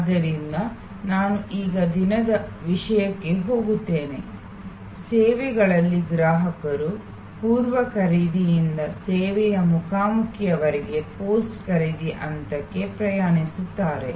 ಆದ್ದರಿಂದ ನಾನು ಈಗ ದಿನದ ವಿಷಯಕ್ಕೆ ಹೋಗುತ್ತೇನೆ ಸೇವೆಗಳಲ್ಲಿನ ಗ್ರಾಹಕರು ಪೂರ್ವ ಖರೀದಿಯಿಂದ ಸೇವೆಯ ಮುಖಾಮುಖಿಯವರೆಗೆ ಖರೀದಿ ನಂತರದ ಹಂತಕ್ಕೆ ಪ್ರಯಾಣಿಸುತ್ತಾರೆ